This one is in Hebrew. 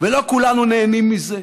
ולא כולנו נהנים מזה.